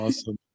awesome